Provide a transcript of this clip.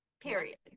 Period